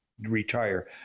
retire